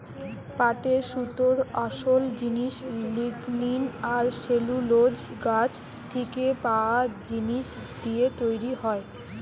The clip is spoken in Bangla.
পাটের সুতোর আসোল জিনিস লিগনিন আর সেলুলোজ গাছ থিকে পায়া জিনিস দিয়ে তৈরি হয়